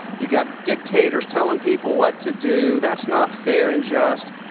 you've got dictators telling people what to do. that's not fair and just.